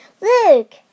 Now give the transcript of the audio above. Look